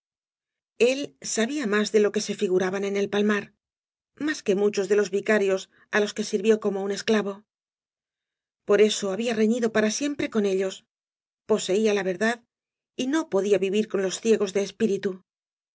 el sabia más de lo que se figuraban en el palmar más que muchos de los vicarios á los que sirvió como un esclavo por eso habia reñido para siempre con ellos poseía la verdad y no podía vivir con los ciegos de espíritu